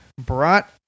brought